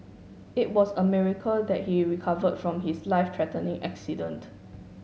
it was a miracle that he recovered from his life threatening accident